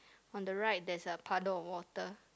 on the right there's a puddle of water